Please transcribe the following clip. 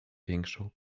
większą